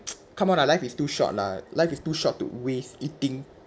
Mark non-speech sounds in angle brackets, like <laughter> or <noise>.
<noise> come on lah life is too short lah life is too short to waste eating